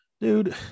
Dude